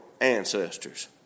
ancestors